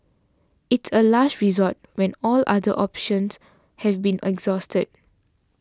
it's a last resort when all other options have been exhausted